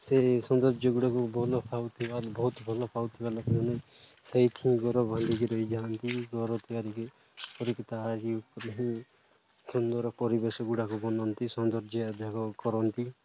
ସେ ସୌନ୍ଦର୍ଯ୍ୟ ଗୁଡ଼ାକୁ ଭଲ ପାଉଥିବା ବହୁତ ଭଲ ପାଉଥିବା ଲୋକମାନେ ସେଇଥି ଘର ଭାଙ୍ଗିକି ରହି ଯାଆନ୍ତି ଘର ତିଆରିି କରିକି ତା' ଉପରେ ହିଁ ସୁନ୍ଦର ପରିବେଶ ଗୁଡ଼ାକ ବଣନ୍ତି ସୌନ୍ଦର୍ଯ୍ୟ କରନ୍ତି